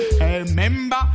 Remember